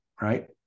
right